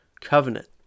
Covenant